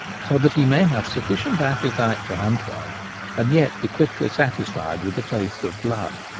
so that he may have sufficient appetite to hunt well and yet be quickly satisfied with a taste of blood.